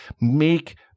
Make